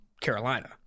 carolina